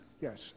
Yes